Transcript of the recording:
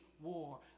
war